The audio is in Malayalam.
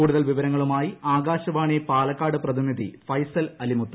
കൂടുതൽ വിവരങ്ങളുമായി ആകാശവാണി പാലക്കാട് പ്രതിനിധി ഫൈസൽ അലിമുത്ത്